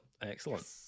excellent